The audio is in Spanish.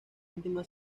última